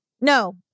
No